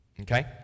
Okay